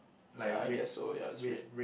ya I guess so ya it's red